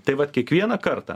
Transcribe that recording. tai vat kiekvieną kartą